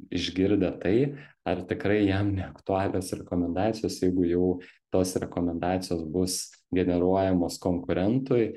išgirdę tai ar tikrai jam neaktualios rekomendacijos jeigu jau tos rekomendacijos bus generuojamos konkurentui